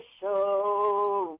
show